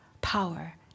power